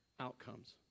outcomes